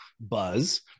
buzz